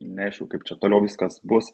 neaišku kaip čia toliau viskas bus